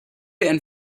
and